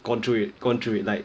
gone though it gone through it like